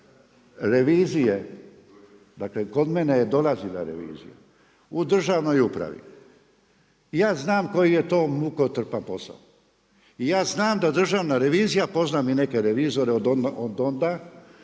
revizije dakle kod mene je dolazila revizija, u državnoj upravi. Ja znam koji je to mukotrpan posao. I ja znam da Državna revizija, poznam i neke revizore od onda,